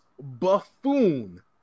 buffoon